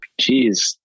Jeez